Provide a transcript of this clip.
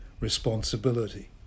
responsibility